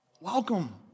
Welcome